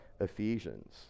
Ephesians